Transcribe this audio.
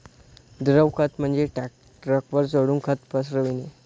द्रव खत म्हणजे ट्रकवर चढून खत पसरविणे